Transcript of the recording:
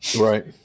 Right